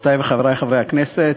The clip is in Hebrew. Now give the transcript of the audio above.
חברותי וחברי הכנסת,